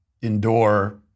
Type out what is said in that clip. endure